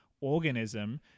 organism